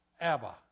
Abba